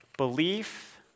Belief